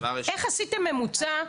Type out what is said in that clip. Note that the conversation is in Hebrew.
איך עשיתם ממוצע?